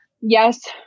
yes